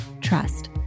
trust